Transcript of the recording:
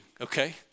okay